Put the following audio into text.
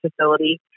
facility